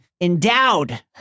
Endowed